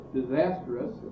disastrous